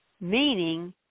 meaning